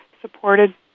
supported